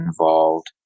involved